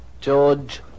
George